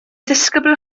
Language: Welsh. ddisgybl